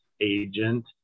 agent